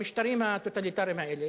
המשטרים הטוטליטריים האלה